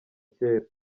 kera